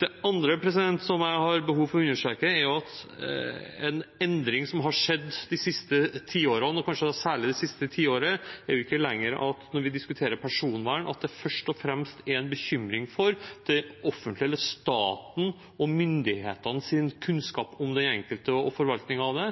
Det andre som jeg har behov for å understreke, er en endring som har skjedd de siste tiårene, og kanskje særlig det siste tiåret, og det er at når vi diskuterer personvern, er det ikke lenger først og fremst en bekymring for det offentliges, statens og myndighetenes kunnskap om den enkelte og forvaltningen av det,